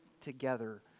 together